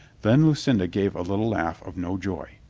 then lucinda gave a little laugh of no joy.